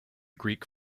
greek